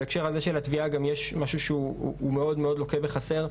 בהקשר הזה של התביעה גם יש משהו שהוא מאוד מאוד לוקה בחסר,